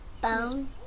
Bone